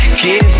give